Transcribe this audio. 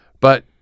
But-